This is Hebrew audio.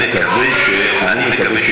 אמרתי שאני מקווה, זה לא בסדר.